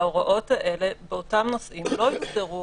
ההוראות האלה באותם נושאים לא יוגדרו